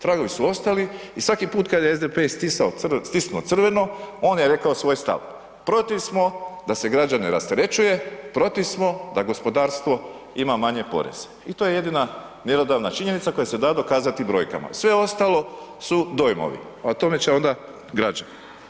Tragovi su ostali i svaki put kad je SDP stisnao, stisnuo crveno on je rekao svoj stav, protiv smo da se građane rasterećuje, protiv smo da gospodarstvo ima manje poreze i to je jedina mjerodavna činjenica koja se da dokazati brojkama, sve ostalo su dojmovi, a o tome će onda građani.